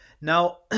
Now